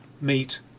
meet